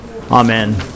Amen